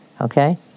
okay